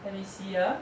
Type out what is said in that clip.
let me see ah